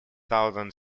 thousand